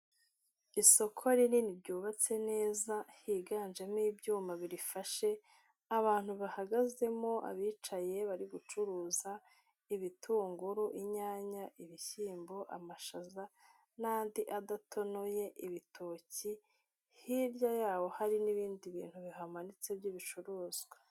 Isoko rinini ryubatse neza higanjemo ibyuma birifashe, abantu bahagazemo abicaye bari gucuruza ibitunguru inyanya, ibishyimbo, amashaza n'andi adatonoye, ibitoki hirya yaho hari n'ibindi bintu bihamanitse by'ibicuruzwa.